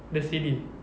the C_D